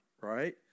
right